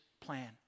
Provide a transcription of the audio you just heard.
plan